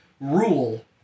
rule